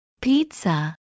Pizza